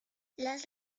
las